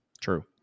True